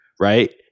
right